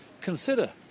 Consider